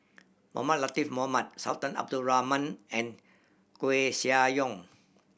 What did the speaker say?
Mohamed Latiff Mohamed Sultan Abdul Rahman and Koeh Sia Yong